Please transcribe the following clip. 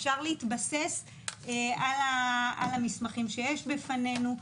אפשר להתבסס על המסמכים שיש בפנינו.